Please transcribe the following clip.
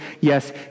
Yes